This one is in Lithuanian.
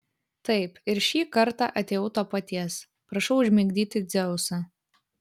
taip ir šį kartą atėjau to paties prašau užmigdyti dzeusą